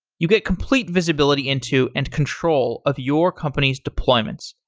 you get complete visibility into and control of your company's deployments.